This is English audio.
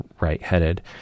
right-headed